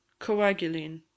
Coaguline